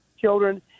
children